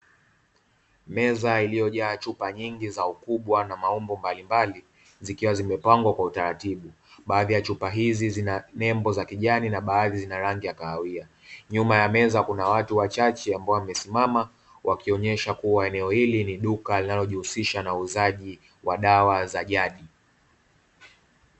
Meza iliyojaa chupa nyingi za ukubwa na maumbo mbalimbali zikiwa zimepangwa kwa utaratibu, baadhi ya chupa hizi zina nembo ya kijani na baadhi zina rangi ya kahawia. Nyuma ya meza kuna watu wachache ambao wamesimama wakionyesha kua eneo hili ni duka linalojihusisha na uuzaji wa dawa za jadi.